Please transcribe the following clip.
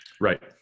Right